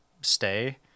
stay